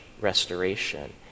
restoration